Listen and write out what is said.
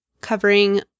covering